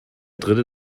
dritte